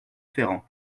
ferrand